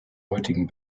heutigen